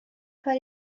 کار